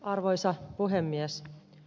arvoisa puhemies